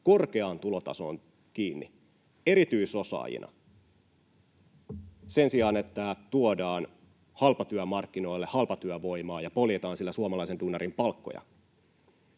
korkeaan tulotasoon kiinni erityisosaajina sen sijaan, että tuodaan halpatyömarkkinoille halpatyövoimaa ja poljetaan sillä suomalaisen duunarin palkkoja.